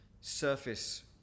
surface